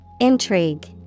Intrigue